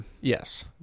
Yes